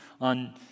on